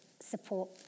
support